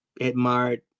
admired